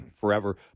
forever